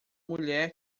mulher